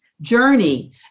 journey